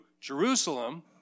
Jerusalem